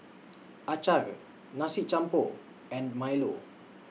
Acar Nasi Campur and Milo